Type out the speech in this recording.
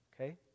Okay